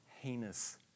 heinous